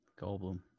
Goldblum